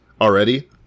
already